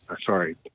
sorry